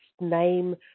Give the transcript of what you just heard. name